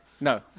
No